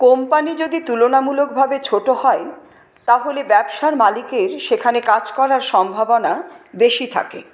company যদি তুলনামূলকভাবে ছোটো হয় তাহলে ব্যবসার মালিকের সেখানে কাজ করার সম্ভাবনা বেশি থাকে